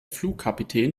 flugkapitän